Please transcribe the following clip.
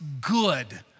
good